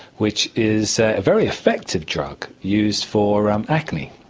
which is a very effective drug used for um acne.